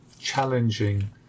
challenging